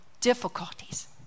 difficulties